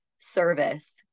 service